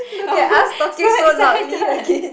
so excited